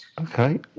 Okay